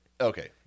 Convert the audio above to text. Okay